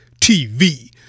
tv